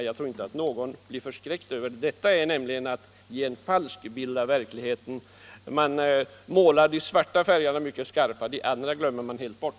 Jag tror inte att någon blir förskräckt. Det är nämligen att ge en falsk bild av verkligheten. Man målar de svarta färgerna mycket skarpa. De andra glömmer man helt bort.